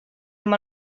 amb